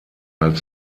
als